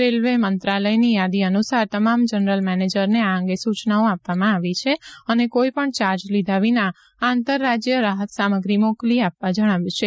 railway મંત્રાલયની યાદી અનુસાર તમામ જનરલ મેનેજરને આ અંગે સુચનાઓ આપવામાં આવી છે અને કોઈપણ ચાર્જ લીધા વિના આંતરરાજય રાહત સામગ્રી મોકલી આપવા જણાવ્યું છે